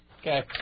Okay